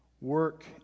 Work